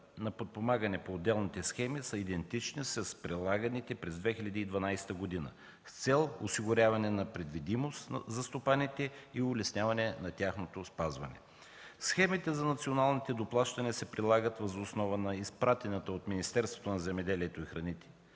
на подпомагане по отделните схеми са идентични с прилаганите през 2012 г. с цел на осигуряване на предвидимост за стопаните и улесняване на тяхното спазване. Схемите на националните доплащания се прилагат въз основа на изпратената от Министерството на земеделието и храните